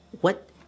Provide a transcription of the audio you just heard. What-